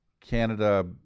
Canada